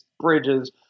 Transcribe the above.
bridges